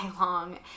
long